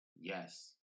Yes